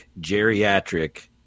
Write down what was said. geriatric